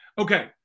Okay